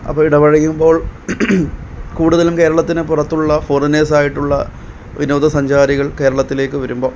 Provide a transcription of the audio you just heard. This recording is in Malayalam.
അപ്പോള് ഇടപഴകുമ്പോള് കൂടുതലും കേരളത്തിനു പുറത്തുള്ള ഫോറിനേഴ്സായിട്ടുള്ള വിനോദസഞ്ചാരികൾ കേരളത്തിലേക്ക് വരുമ്പോള്